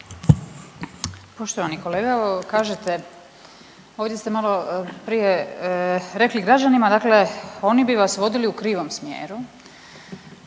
Poštovani kolega kažete, ovdje ste malo prije rekli građanima, dakle oni bi vas vodili u krivom smjeru,